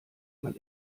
man